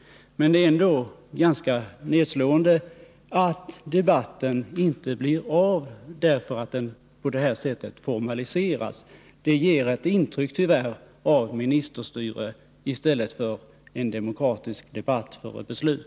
Det är ändå ganska nedslående att debatten inte blir av, därför att den på det här sättet formaliseras. Detta ger tyvärr ett intryck av ministerstyrelse i stället för demokratisk beslutsdebatt.